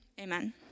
amen